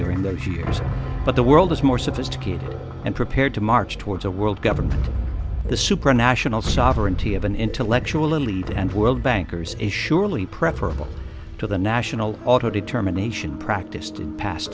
years but the world is more sophisticated and prepared to march towards a world government the supranational sovereignty of an intellectual elite and world bankers is surely preferable to the national auto determination practiced past